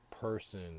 person